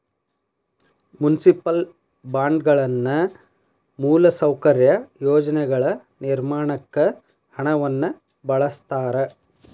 municipal ಬಾಂಡ್ಗಳನ್ನ ಮೂಲಸೌಕರ್ಯ ಯೋಜನೆಗಳ ನಿರ್ಮಾಣಕ್ಕ ಹಣವನ್ನ ಬಳಸ್ತಾರ